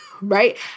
right